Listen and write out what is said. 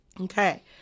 Okay